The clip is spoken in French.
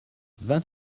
vingt